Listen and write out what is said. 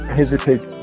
hesitate